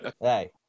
Hey